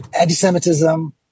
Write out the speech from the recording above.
Anti-Semitism